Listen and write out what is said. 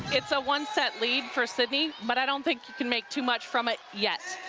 it's a one-set lead for sidney, but i don't think you can make too much from it yet.